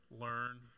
learn